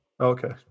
Okay